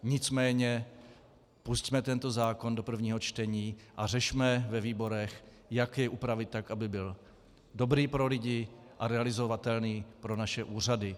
Nicméně pusťme tento zákon do prvního čtení a řešme ve výborech, jak jej upravit tak, aby byl dobrý pro lidi a realizovatelný pro naše úřady.